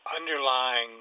underlying